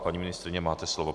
Paní ministryně, máte slovo.